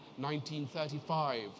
1935